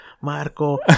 Marco